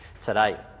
today